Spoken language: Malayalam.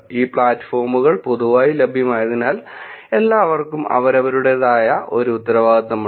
ഈ പ്ലാറ്റ്ഫോമുകൾ പൊതുവായി ലഭ്യമായതിനാൽ എല്ലാവര്ക്കും അവരവരുടേതായ ഒരു ഉത്തരവാദിത്വമുണ്ട്